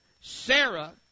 Sarah